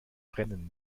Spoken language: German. brennen